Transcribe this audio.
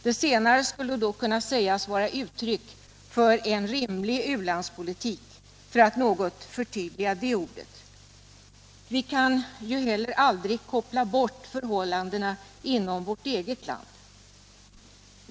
Det senare skulle då kunna sägas vara uttryck för en rimlig u-landspolitik — för att här något förtydliga det begreppet. Vi kan ju heller aldrig koppla bort förhållandena inom vårt eget land.